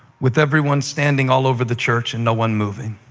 with everyone standing all over the church and no one moving,